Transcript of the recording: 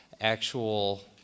actual